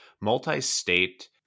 multi-state